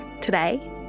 Today